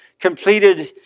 completed